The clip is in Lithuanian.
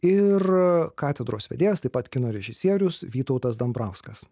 ir katedros vedėjas taip pat kino režisierius vytautas dambrauskas